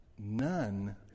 None